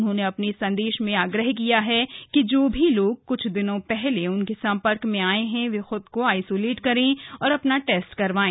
उन्होंने अपने संदेश में आग्रह किया है कि जो भी लोग कुछ दिनों पहले उनके संपर्क में आये हैं वो खूद को आईसोलेट करें और अपना टेस्ट करवाएं